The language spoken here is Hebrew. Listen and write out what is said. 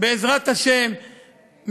בעזרת השם,